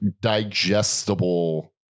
Digestible